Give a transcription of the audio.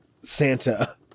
Santa